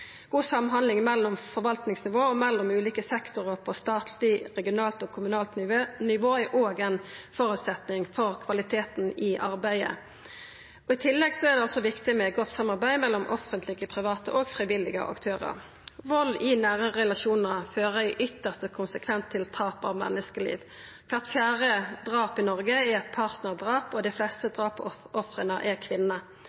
God samhandling mellom forvaltingsnivå og mellom ulike sektorar på statleg, regionalt og kommunalt nivå er òg ein føresetnad for kvaliteten i arbeidet. I tillegg er det viktig med godt samarbeid mellom offentlege, private og frivillige aktørar. Vald i nære relasjonar fører i sin ytste konsekvens til tap av menneskeliv. Kvart fjerde drap i Noreg er eit partnardrap, og dei fleste